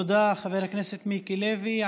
תודה, חבר הכנסת מיקי לוי.